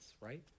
right